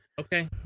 okay